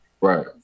Right